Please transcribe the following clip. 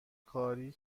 کاری